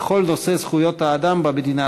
לכל נושא זכויות האדם במדינה,